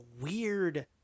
weird